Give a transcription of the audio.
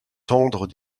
tendre